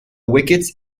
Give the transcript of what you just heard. wickets